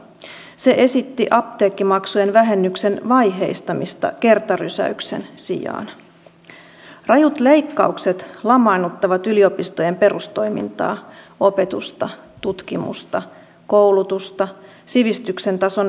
muuten tämä keskustelu on ollut sellaista kuin olisi dosentille puhunut elikkä kun kysyt kysymyksen et saa vastausta vaan saat uuden ongelman